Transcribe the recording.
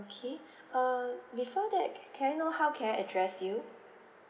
okay uh before that ca~ can I know how can I address you